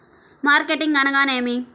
Marketing అనగానేమి?